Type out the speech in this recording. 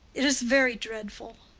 it is very dreadful.